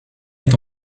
est